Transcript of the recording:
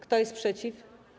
Kto jest przeciw?